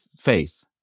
faith